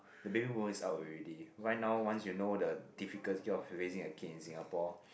the baby boomer is out already right now once you know the difficulty of raising a kid in Singapore